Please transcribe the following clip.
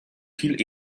viel